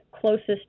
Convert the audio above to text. Closest